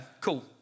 cool